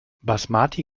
basmati